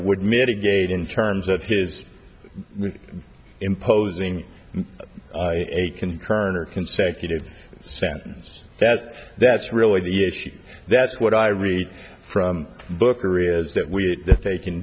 would mitigate in terms of his imposing a concurrent or consecutive sentence that's that's really the issue that's what i read from booker is that we that they can